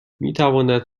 میتواند